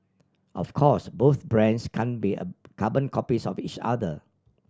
of course both brands can be a carbon copies of each other